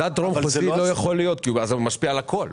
מדד טרום חוזי לא יכול להיות כי אז הוא משפיע על הכול.